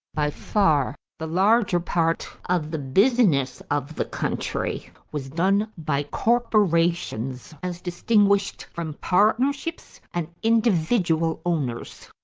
by far the larger part of the business of the country was done by corporations as distinguished from partnerships and individual owners.